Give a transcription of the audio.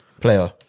player